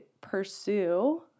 pursue